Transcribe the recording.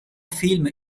film